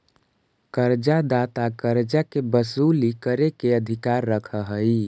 कर्जा दाता कर्जा के वसूली करे के अधिकार रखऽ हई